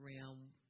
realm